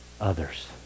others